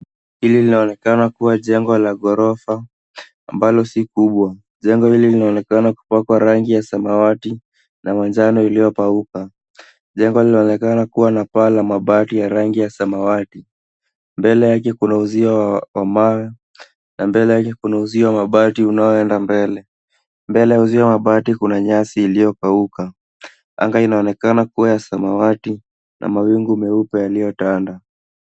Hili linaonekana kuwa jengo la ghorofa ambalo si kubwa. Jengo hili linaonekana kupakwa rangi ya samawati na manjano iliyopauka. Jengo linaonekana kuwa na paa la mabati ya rangi ya samawati. Mbele yake kuna uzio wa mawe na mbele yake kuna uzio wa mabati unaoenda mbele. Mbele ya uzio wa mabati kuna nyasi iliyokauka. Anga inaonekana kuwa ya samawati na mawingu meupe yaliyotanda.